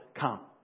come